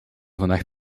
vandaag